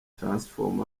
transform